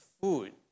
food